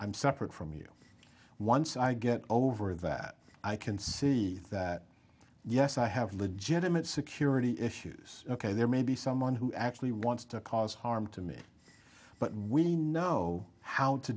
i'm separate from you once i get over that i can see that yes i have legitimate security issues ok there may be someone who actually wants to cause harm to me but we know how to